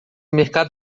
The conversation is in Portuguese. mercado